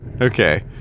Okay